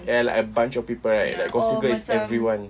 ya like a bunch of people right like gossip girl is everyone